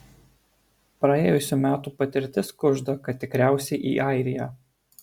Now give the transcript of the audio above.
praėjusių metų patirtis kužda kad tikriausiai į airiją